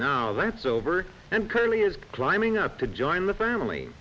now that's over and curly is climbing up to join the family